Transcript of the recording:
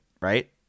right